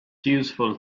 useful